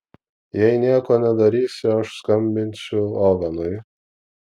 jei nieko nedarysi aš skambinsiu ovenui